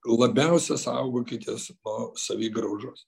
labiausia saugokitės nuo savigraužos